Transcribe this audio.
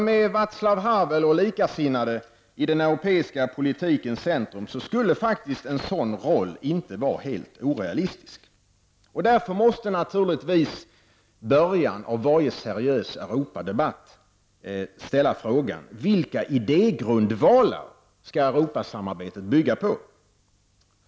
Med Vaclav Havel och likasinnade i den europeiska politikens centrum skulle faktiskt en sådan roll inte vara helt orealistisk. Därför måste vi naturligtvis i början av varje seriös Europadebatt ställa frågan: Vilka idégrundvalar skall Europasamarbetet bygga på?